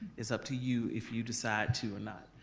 it's up to you if you decide to or not.